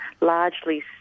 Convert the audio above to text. largely